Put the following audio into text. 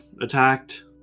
attacked